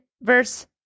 verse